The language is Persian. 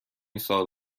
سال